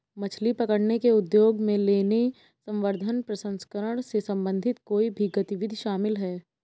मछली पकड़ने के उद्योग में लेने, संवर्धन, प्रसंस्करण से संबंधित कोई भी गतिविधि शामिल है